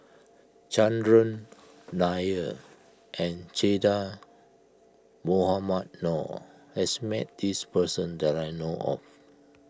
Chandran Nair and Che Dah Mohamed Noor has met this person that I know of